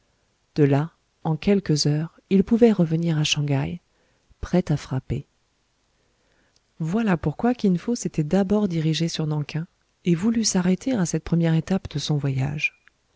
de là en quelques heures il pouvait revenir à shang haï prêt à frapper voilà pourquoi kin fo s'était d'abord dirigé sur nan king et voulut s'arrêter à cette première étape de son voyage